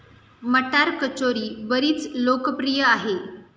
मटार कचोरी बरीच लोकप्रिय आहे